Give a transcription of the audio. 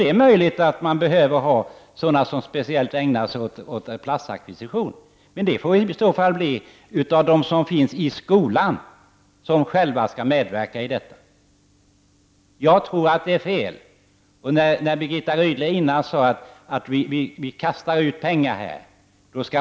Det är möjligt att det behövs personer som speciellt ägnar sig åt platsackvisition. Det får i så fall vara personer som finns i skolan, som själva skall medverka i detta. Birgitta Rydle sade tidigare att vi kastar ut pengar på detta.